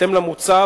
בהתאם למוצע,